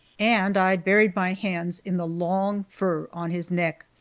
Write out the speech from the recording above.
and i buried my hands in the long fur on his neck.